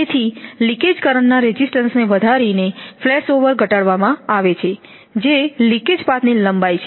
તેથી લિકેજકરંટ ના રેઝિસ્ટન્સને વધારીને ફ્લેશઓવર્સ ઘટાડવામાં આવે છે જે લિકેજ પાથની લંબાઈ છે